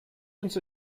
ins